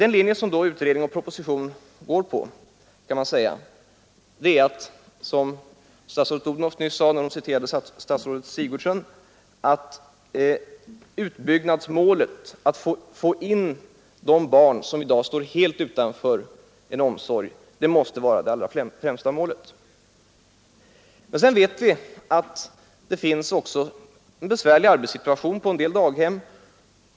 Den linje som utredning och proposition går på är — som statsrådet Odhnoff nyss sade när hon citerade statsrådet Sigurdsen — att det allra främsta målet måste vara att få in de barn som i dag står helt utanför omsorg. Men vi vet att det också finns en besvärlig arbetssituation på en del daghem.